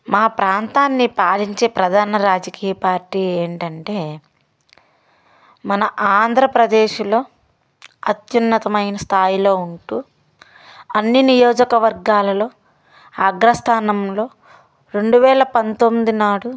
మా ప్రాంతాన్ని పాలించే ప్రధాన రాజకీయ పార్టీ ఏంటంటే మన ఆంధ్రప్రదేశ్లో అత్యున్నతమైన స్థాయిలో ఉంటూ అన్ని నియోజకవర్గాలలో అగ్రస్థానంలో రెండు వేల పంతొమ్మిది నాడు